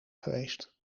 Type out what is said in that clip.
geweest